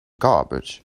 garbage